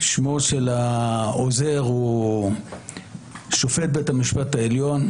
שמו של העוזר הוא שופט בית המשפט העליון,